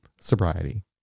Sobriety